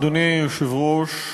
אדוני היושב-ראש,